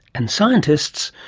and scientists?